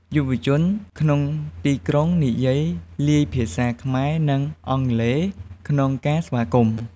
យុវជនក្នុងទីក្រុងនិយាយលាយភាសា ខ្មែរ និងអង់គ្លេសក្នុងការស្វាគមន៍។